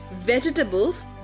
vegetables